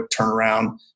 turnaround